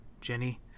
Jenny